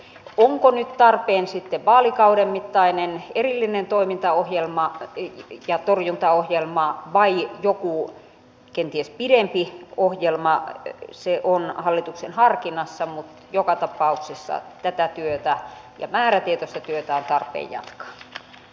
onko nyt tarpeen sitten vaalikauden mittainen erillinen toimintaohjelma torjuntaohjelma vai joku kenties pidempi ohjelma se on hallituksen harkinnassa mutta joka tapauksessa tätä työtä ja määrätietoista työtä on tarpeen jatkaa